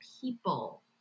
people